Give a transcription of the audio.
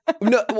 No